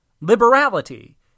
liberality